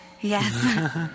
Yes